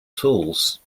tools